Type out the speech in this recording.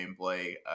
gameplay